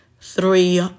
three